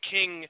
King